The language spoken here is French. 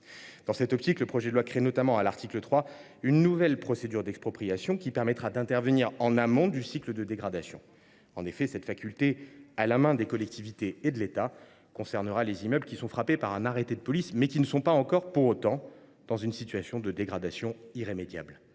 Dans cette optique, le projet de loi crée notamment, à l’article 3, une nouvelle procédure d’expropriation qui permettra d’intervenir en amont du cycle de dégradation. Cette faculté, à la main des collectivités et de l’État, concernera les immeubles qui sont frappés par un arrêté de police, mais qui ne sont pas encore, pour autant, dans une situation de dégradation irrémédiable.